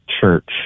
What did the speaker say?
church